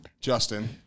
Justin